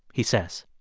he says.